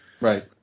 Right